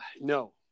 no